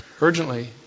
urgently